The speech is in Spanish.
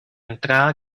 entrada